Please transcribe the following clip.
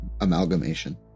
amalgamation